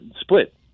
split